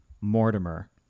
Mortimer